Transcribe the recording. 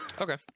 okay